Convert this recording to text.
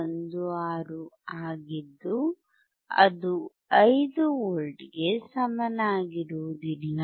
16 ಆಗಿದ್ದು ಅದು 5V ಗೆ ಸಮನಾಗಿರುವುದಿಲ್ಲ